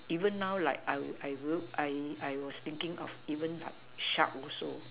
even now like I would I will I I was thinking of even like shark also